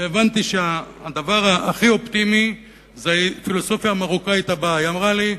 והבנתי שהדבר הכי אופטימי זה הפילוסופיה המרוקאית הבאה: היא אמרה לי: